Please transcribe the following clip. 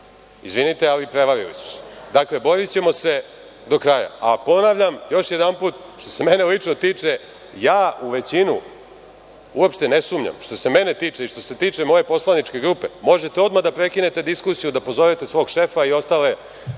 izvinite, ali prevarili su se. Dakle, borićemo se do kraja. Ponavljam još jedanput, što se mene lično tiče, ja u većinu uopšte ne sumnjam. Što se mene tiče i što se tiče moje poslaničke grupe, možete odmah da prekinete diskusiju, da pozovete svog šefa i ostale